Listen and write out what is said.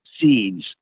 seeds